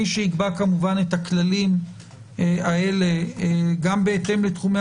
מי שיקבע כמובן את הכללים האלה גם בהתאם לתחומי